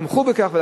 תמכו בכך.